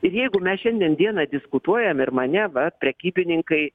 ir jeigu mes šiandien dieną diskutuojame ir mane va prekybininkai